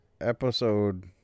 episode